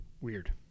Weird